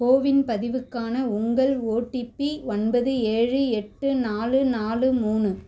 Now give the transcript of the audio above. CoWIN பதிவுக்கான உங்கள் OTP ஒன்பது ஏழு எட்டு நாலு நாலு மூணு